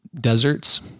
deserts